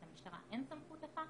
למשטרה אין סמכות לכך.